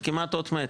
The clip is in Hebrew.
זה כמעט אות מתה.